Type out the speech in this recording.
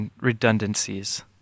redundancies